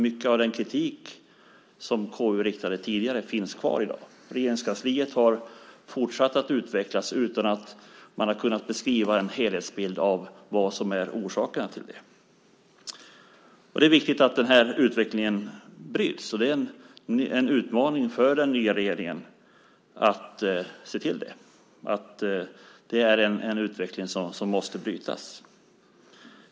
Mycket av den kritik som KU riktade tidigare finns kvar i dag. Regeringskansliet har fortsatt att utvecklas utan att man har kunnat beskriva en helhetsbild av vad som är orsakerna till det. Det är viktigt att denna utveckling bryts. Och det är en utmaning för den nya regeringen att se till att detta är en utveckling som måste brytas.